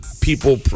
people